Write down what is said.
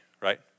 right